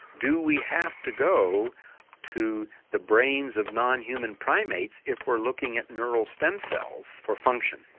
do we have to go to the brains of non-human primates if we're looking at neural stem cells for function?